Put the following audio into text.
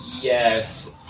yes